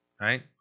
right